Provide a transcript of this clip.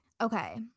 Okay